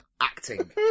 acting